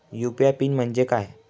UPI PIN म्हणजे काय?